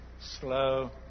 Slow